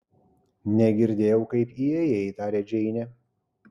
negirdėjau kaip įėjai tarė džeinė